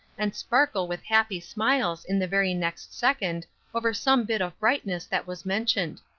and sparkle with happy smiles in the very next second over some bit of brightness that was mentioned.